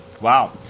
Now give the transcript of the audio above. Wow